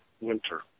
Winter